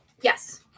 yes